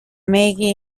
maggie